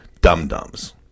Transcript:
dum-dums